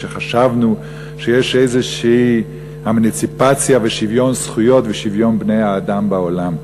כשחשבנו שיש איזו אמנציפציה ושוויון זכויות ושוויון בני-האדם בעולם.